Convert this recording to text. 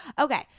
Okay